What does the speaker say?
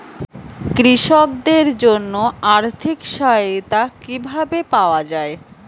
কৃষকদের জন্য আর্থিক সহায়তা কিভাবে পাওয়া য়ায়?